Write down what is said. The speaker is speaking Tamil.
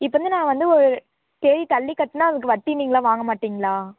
இப்போ வந்து நான் வந்து ஒரு தேதி தள்ளி கட்டினா அதுக்கு வட்டி நீங்கள்லாம் வாங்கமாட்டிங்களா